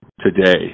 today